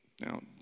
Now